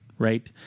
Right